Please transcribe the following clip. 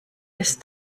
ist